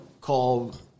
called